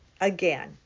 again